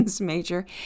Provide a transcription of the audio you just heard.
major